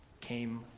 came